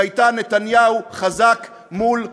שהייתה "נתניהו חזק מול ה'חמאס'",